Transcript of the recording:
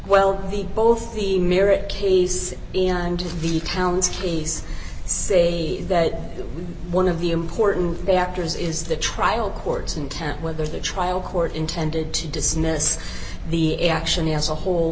well the both the merit case and the town's case say that one of the important factors is the trial court's intent whether the trial court intended to dismiss the action as a whole